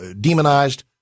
demonized